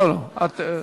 רויטל,